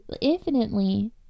infinitely